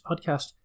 podcast